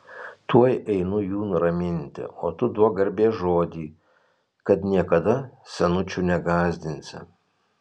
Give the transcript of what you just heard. tuoj einu jų nuraminti o tu duok garbės žodį kad niekada senučių negąsdinsi